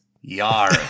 Yar